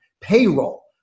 payroll